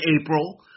April